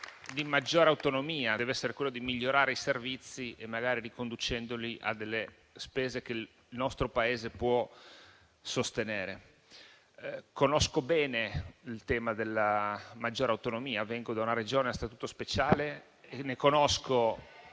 di spesa, ma deve essere il miglioramento dei servizi, magari riconducendoli a delle spese che il nostro Paese può sostenere. Conosco bene il tema della maggiore autonomia. Vengo da una Regione a Statuto speciale e ne conosco